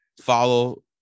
follow